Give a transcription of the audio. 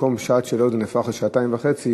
במקום שעת שאלות זה נהפך לשעתיים וחצי,